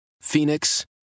Phoenix